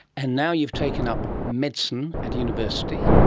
and now you've taken up medicine at university.